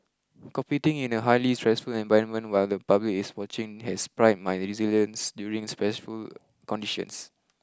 competing in a highly stressful environment while the public is watching has primed my resilience during stressful conditions